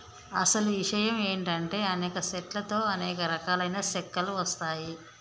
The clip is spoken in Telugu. అసలు ఇషయం ఏంటంటే అనేక సెట్ల తో అనేక రకాలైన సెక్కలు వస్తాయి